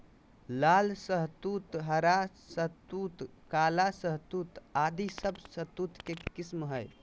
लाल शहतूत, हरा शहतूत, काला शहतूत आदि सब शहतूत के किस्म हय